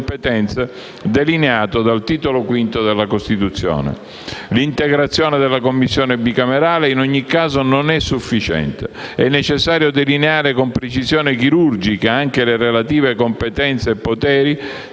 L'integrazione della Commissione bicamerale, in ogni caso, non è sufficiente. È necessario delineare con precisione chirurgica anche i relativi competenze e poteri,